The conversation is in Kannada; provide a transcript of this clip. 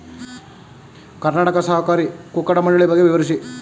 ಕರ್ನಾಟಕ ಸಹಕಾರಿ ಕುಕ್ಕಟ ಮಂಡಳಿ ಬಗ್ಗೆ ವಿವರಿಸಿ?